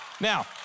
Now